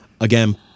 Again